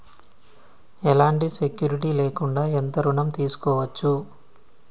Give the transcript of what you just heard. ఎలాంటి సెక్యూరిటీ లేకుండా ఎంత ఋణం తీసుకోవచ్చు?